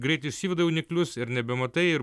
greit išsiveda jauniklius ir nebematai ir